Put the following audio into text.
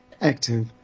active